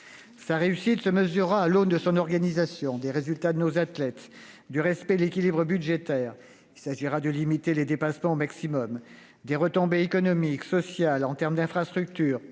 l'événement se mesurera à l'aune de son organisation, des résultats de nos athlètes, du respect de l'équilibre budgétaire- il s'agira de limiter les dépassements au maximum -, des retombées économiques et sociales, en termes d'infrastructures-